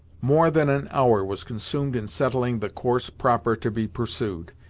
more than an hour was consumed in settling the course proper to be pursued,